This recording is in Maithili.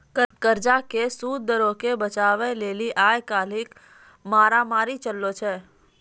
कर्जा के सूद दरो के बचाबै के आइ काल्हि मारामारी मचलो छै